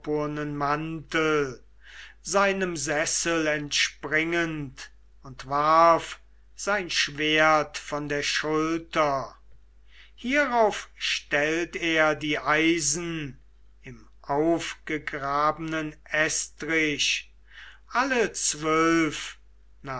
seinem sessel entspringend und warf sein schwert von der schulter hierauf stellt er die eisen im aufgegrabenen estrich alle zwölf